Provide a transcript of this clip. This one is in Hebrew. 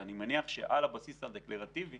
אני מניח שעל הבסיס הדקלרטיבי